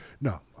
No